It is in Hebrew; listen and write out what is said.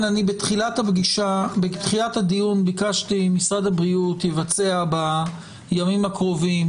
בתחילת הדיון ביקשתי שמשרד הבריאות יבצע בימים הקרובים